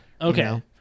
Okay